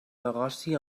negoci